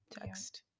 text